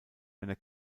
einer